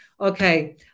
Okay